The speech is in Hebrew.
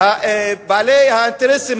בעלי האינטרסים,